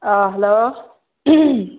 ꯑꯥ hello